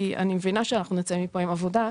כי אני מבינה שאנחנו נצא מפה עם עבודה,